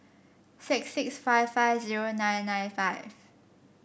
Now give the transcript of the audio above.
six six five five zero nine nine five